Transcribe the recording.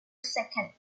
second